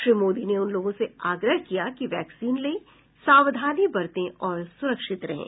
श्री मोदी ने उन लोगों से आग्रह किया वैक्सीन लें सावधानी बरतें और सुरक्षित रहें